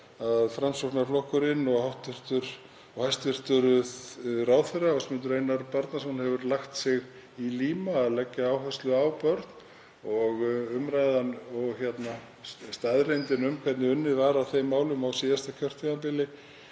að Framsóknarflokkurinn og hæstv. ráðherra Ásmundur Einar Daðason hefur lagt sig í líma við að leggja áherslu á börn og umræðan og staðreyndin um hvernig unnið var að þeim málum á síðasta kjörtímabili